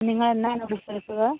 നിങ്ങൾ എന്നാണ് ബുക്ക് എടുത്തത്